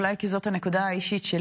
שלו בכיתה